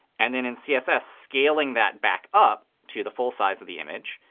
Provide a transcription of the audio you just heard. and then in css, scaling that back up to the full size of the image.